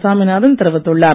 சாமிநாதன் தெரிவித்துள்ளார்